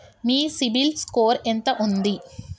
మీ CIBIL score ఎంత ఉంది?